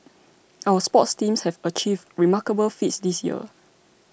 our sports teams have achieved remarkable feats this year